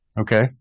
Okay